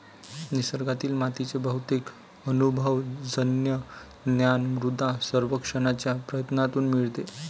निसर्गातील मातीचे बहुतेक अनुभवजन्य ज्ञान मृदा सर्वेक्षणाच्या प्रयत्नांतून मिळते